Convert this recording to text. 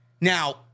Now